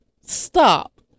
stop